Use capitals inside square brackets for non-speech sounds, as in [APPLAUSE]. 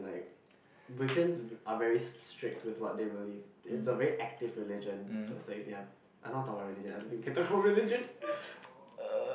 like Wakens [NOISE] are very strict with what they believe it's a very active religion so it's like they are I don't want to talk about religion I don't think we can talk about religion